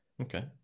Okay